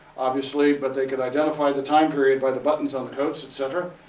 obviously, but they could identify the time period by the buttons on the coats, etc.